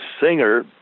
singer